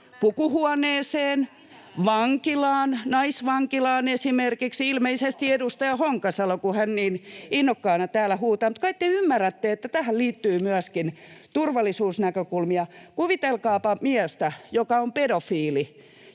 pukuhuoneeseen, [Välihuuto] vankilaan, naisvankilaan esimerkiksi? — Ilmeisesti edustaja Honkasalo, kun hän niin innokkaana täällä huutaa. Mutta kai te ymmärrätte, että tähän liittyy myöskin turvallisuusnäkökulmia? Kuvitelkaapa miestä, joka on pedofiili,